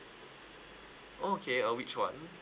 oh okay uh which one